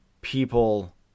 people